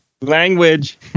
language